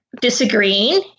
disagreeing